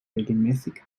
regelmäßig